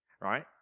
right